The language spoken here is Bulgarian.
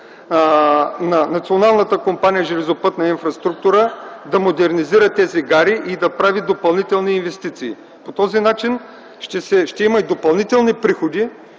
на Националната компания „Железопътна инфраструктура” да модернизира тези гари и да прави допълнителни инвестиции. По този начин ще има допълнителни приходи,